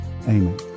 Amen